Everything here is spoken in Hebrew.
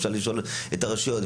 יהיה אפשר לשאול את הרשויות,